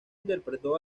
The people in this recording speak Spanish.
interpretó